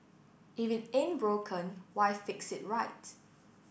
if it ain't broken why fix it right